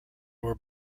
were